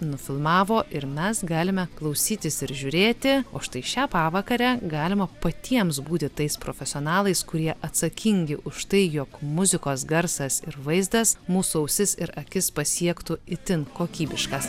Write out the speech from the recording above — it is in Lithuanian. nufilmavo ir mes galime klausytis ir žiūrėti o štai šią pavakarę galima patiems būti tais profesionalais kurie atsakingi už tai jog muzikos garsas ir vaizdas mūsų ausis ir akis pasiektų itin kokybiškas